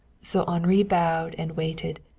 so henri bowed and waited,